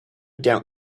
doubt